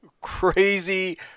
crazy